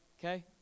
okay